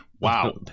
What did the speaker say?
Wow